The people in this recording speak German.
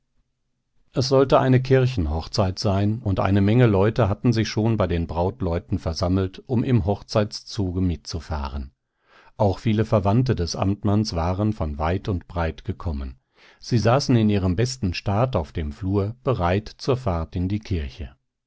es sollte eine kirchenhochzeit sein und eine menge leute hatten sich schon bei den brautleuten versammelt um im hochzeitszuge mitzufahren auch viele verwandte des amtmanns waren von weit und breit gekommen sie saßen in ihrem besten staat auf dem flur bereit zur fahrt in die kirche